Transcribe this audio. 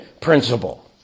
principle